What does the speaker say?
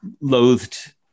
loathed